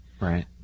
Right